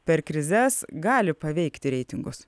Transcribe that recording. per krizes gali paveikti reitingus